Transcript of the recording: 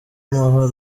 amahoro